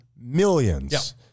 millions